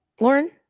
Lauren